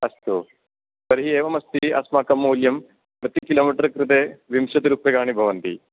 अस्तु तर्हि एवमस्ति अस्माकं मूल्यं प्रतिकिलोमिटर् कृते विंशतिरूप्यकाणि भवन्ति